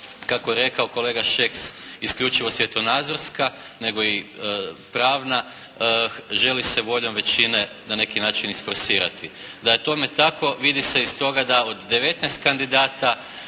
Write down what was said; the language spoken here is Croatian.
kako je rekao kolega Šeks isključivo svjetonazorska, nego i pravna. Želi se voljom većine na neki način isforsirati. Da je tome tako vidi se i stoga da od 19 kandidata